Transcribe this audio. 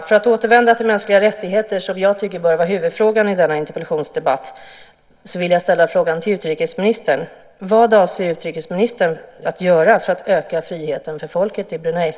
För att återvända till mänskliga rättigheter, som jag tycker bör vara huvudfrågan i denna interpellationsdebatt, vill jag ställa frågan till utrikesministern: Vad avser utrikesministern att göra för att öka friheten för folket i Brunei?